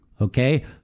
okay